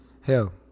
hell